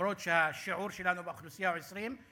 למרות שהשיעור שלנו באוכלוסייה הוא 20%,